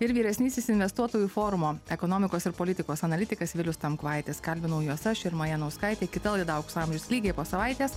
ir vyresnysis investuotojų forumo ekonomikos ir politikos analitikas vilius tamkvaitis kalbinau juos aš irma janauskaitė kita laida aukso amžius lygiai po savaitės